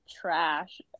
trash